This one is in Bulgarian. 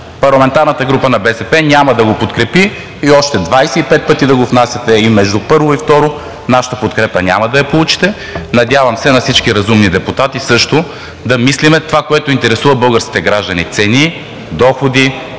парламентарната група на БСП няма да го подкрепи и още 25 пъти да го внасяте. Между първо и второ четене нашата подкрепа няма да я получите, надявам се на всички разумни депутати – също. Да мислим това, което интересува българските граждани – цени, доходи